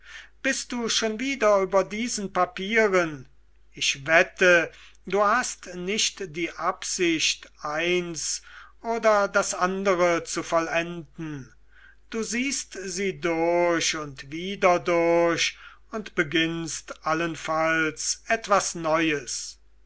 bist du schon wieder über diesen papieren ich wette du hast nicht die absicht eins oder das andere zu vollenden du siehst sie durch und wieder durch und beginnst allenfalls etwas neues